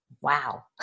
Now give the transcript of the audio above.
wow